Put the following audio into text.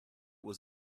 was